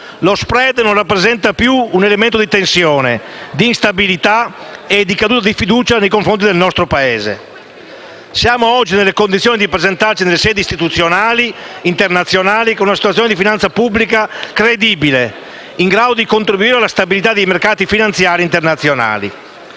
Lo *spread* non rappresenta più un elemento di tensione, di instabilità e di caduta della fiducia nei confronti del nostro Paese. Siamo oggi nelle condizioni di presentarci nelle sedi istituzionali internazionali con una situazione di finanza pubblica credibile e in grado di contribuire alla stabilità dei mercati finanziari internazionali.